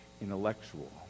intellectual